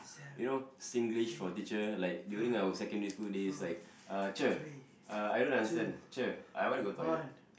you know Singlish for teacher like during our secondary school days like uh cher uh I don't understand cher I want to go toilet